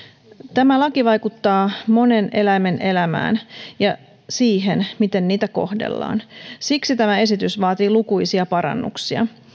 tämä laki vaikuttaa monen eläimen elämään ja siihen miten niitä kohdellaan siksi tämä esitys vaatii lukuisia parannuksia